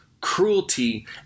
cruelty